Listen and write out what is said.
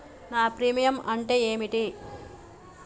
నా ప్రీమియం అంటే ఏమిటి?